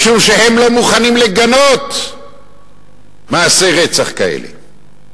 משום שהם לא מוכנים לגנות מעשי רצח כאלה.